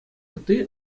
ытти